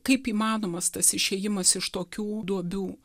kaip įmanomas tas išėjimas iš tokių duobių